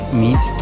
meat